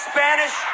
Spanish